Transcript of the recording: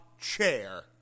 chair